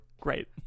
great